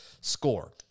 SCORE